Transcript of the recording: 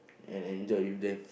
and enjoy with them